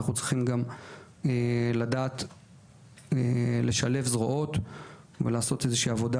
אנחנו צריכים גם לדעת לשלב זרועות ולעשות עבודה